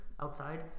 outside